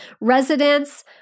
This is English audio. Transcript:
Residents